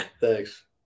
Thanks